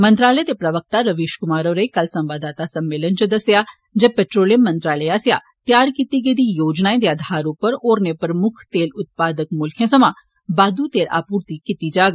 मंत्रालय दे प्रवक्ता रविश कुमार होरें कल संवाददाता सम्मेलन च दस्सेआ जे पेट्रोलियम मंत्रालय आस्सेआ त्यार कीती गेदी योजना दे आघार उप्पर होरनें प्रमुख तेल उत्पादक मुल्खें सवां बाद्दू तेल आपूर्ति कीती जाग